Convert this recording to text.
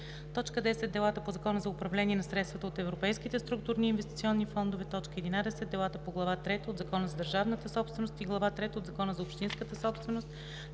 10. Делата по Закона за управление на средствата от Европейските структурни и инвестиционни фондове; 11. Делата по глава трета от Закона за държавната собственост и глава трета от Закона за общинската собственост;